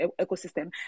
ecosystem